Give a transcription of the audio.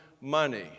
money